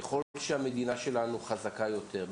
ככל שהמדינה שלנו חזקה יותר,